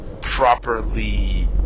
properly